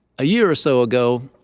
a year or so ago,